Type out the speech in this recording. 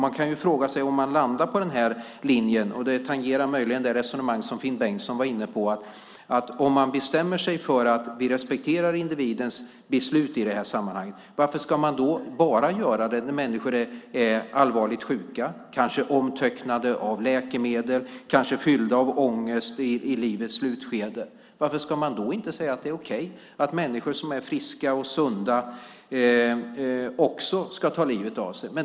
Man kan ju fråga sig om man landar på linjen, och det tangerar möjligen det resonemang som Finn Bengtsson var inne på, att vi respekterar individens beslut i det här sammanhanget, varför ska man då bara göra det när människor är allvarligt sjuka, kanske omtöcknade av läkemedel, kanske fyllda av ångest i livets slutskede? Varför ska man då inte säga att det är okej att människor som är friska och sunda också kan få ta livet av sig?